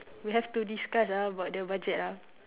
we have to discuss ah about the budget ah